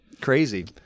Crazy